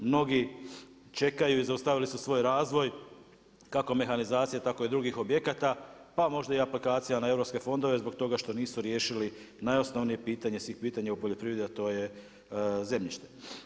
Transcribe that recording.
Mnogi čekaju i zaustavili su svoj razvoj kako mehanizacije tako i drugih objekata, pa možda i aplikacija na europske fondove zbog toga što nisu riješili najosnovnije pitanje svih pitanja u poljoprivredi a to je zemljište.